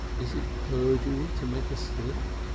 is it perjoocery to make a slip?